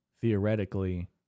theoretically